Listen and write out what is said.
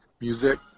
music